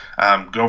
go